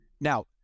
Now